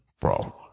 Bro